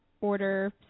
order